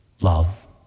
love